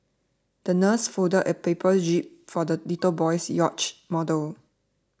the nurse folded a paper jib for the little boy's yacht model